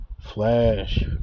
Flash